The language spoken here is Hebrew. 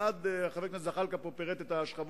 חבר הכנסת זחאלקה פירט פה את השכבות,